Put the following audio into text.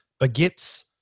baguettes